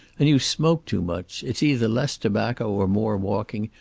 and you smoke too much. it's either less tobacco or more walking,